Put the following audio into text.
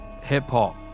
Hip-hop